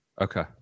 okay